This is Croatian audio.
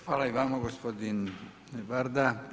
Hvala i vama gospodine Varda.